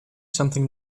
something